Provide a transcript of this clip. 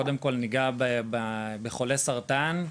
קודם כל ניגע בחולי סרטן.